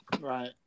Right